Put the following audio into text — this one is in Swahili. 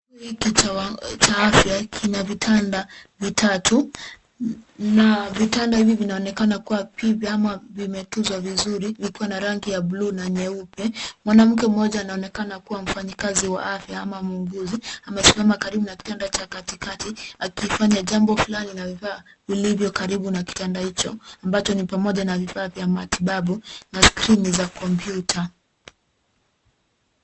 Kituo hiki cha afya kina vitanda vitatu na vitanda hivi vinaonekana kuwa vipya ama vimetunzwa vizuri vikiwa na rangi ya buluu na nyeupe. Mwanamke mmoja anaonekana kuwa mfanyikazi wa afya ama muuguzi amesimama karibu na kitanda cha katikati, akifanya jambo fulani na amevaa vilivyo karibu na kitanda hicho ambacho ni pamoja na vifaa vya matibabu na skrini za kompyuta.